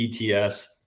ETS